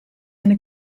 eine